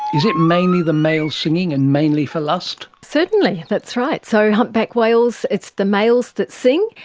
is it mainly the male singing and mainly for lust? certainly, that's right. so humpback whales, it's the males that sing,